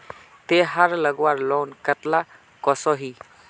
तेहार लगवार लोन कतला कसोही?